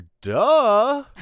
Duh